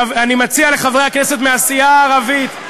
אני מציע לחברי הכנסת מהסיעה הערבית,